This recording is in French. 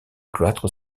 cloître